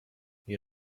you